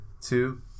two